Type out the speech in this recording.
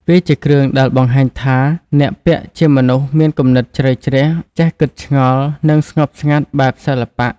វាជាគ្រឿងដែលបង្ហាញថាអ្នកពាក់ជាមនុស្សមានគំនិតជ្រៅជ្រះ ចេះគិតឆ្ងល់ និងស្ងប់ស្ងាត់បែបសិល្បៈ។